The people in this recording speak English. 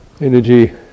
energy